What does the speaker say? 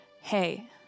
hey